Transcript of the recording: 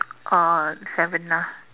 or Savanna